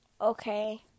Okay